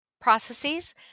processes